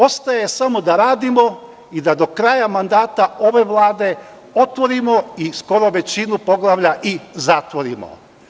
Ostaje samo da radimo i da do kraja mandata ove vlade otvorimo i skoro većinu poglavlja i zatvorimo.